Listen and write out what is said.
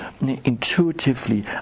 intuitively